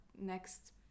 next